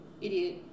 idiot